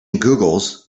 googles